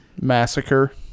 Massacre